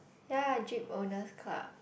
ya jeep owners' club